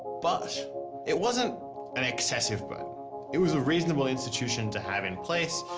but it wasn't an excessive burden it was a reasonable institution to have in place